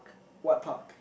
what park